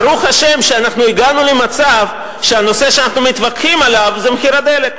ברוך השם שאנחנו הגענו למצב שהנושא שאנחנו מתווכחים עליו הוא מחיר הדלק.